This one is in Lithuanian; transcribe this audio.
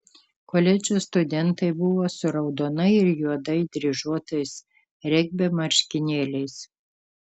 koledžų studentai buvo su raudonai ir juodai dryžuotais regbio marškinėliais